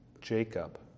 Jacob